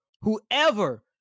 whoever